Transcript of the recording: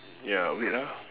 ya wait ah